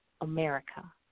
America